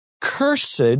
cursed